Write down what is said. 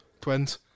twins